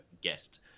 guest